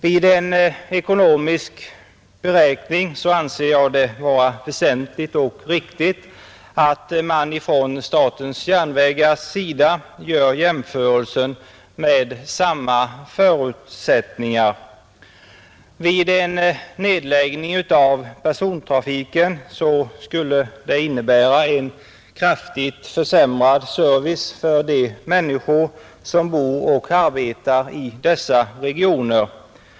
Vid en ekonomisk beräkning anser jag det vara väsentligt och riktigt att statens järnvägar baserar en jämförelse på samma förutsättningar. En nedläggning av persontrafiken skulle innebära en kraftigt försämrad service för de människor som bor och arbetar i dessa regioner.